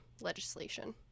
legislation